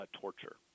torture